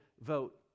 vote